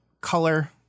color